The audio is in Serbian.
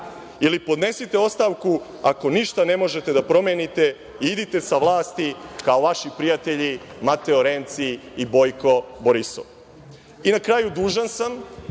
ili podnesite ostavku ako ništa ne možete da promenite i idite sa vlasti kao vaši prijatelji Mateo Renci i Bojko Borisov. Na kraju, dužan sam,